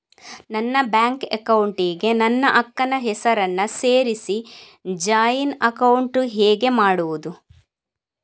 ನನ್ನ bank account ಗೆ ನನ್ನ ಅಕ್ಕ ನ ಹೆಸರನ್ನ ಸೇರಿಸಿ ಜಾಯಿನ್ ಅಕೌಂಟ್ ಹೇಗೆ ಮಾಡುದು?